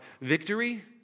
Victory